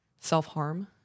self-harm